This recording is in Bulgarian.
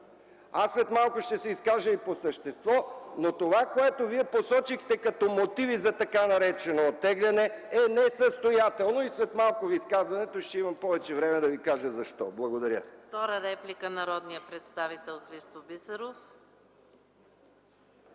След малко ще се изкажа и по същество. Мотивите, които Вие посочихте за така нареченото оттегляне, са несъстоятелни. След малко в изказването си ще имам повече време да Ви кажа защо. Благодаря.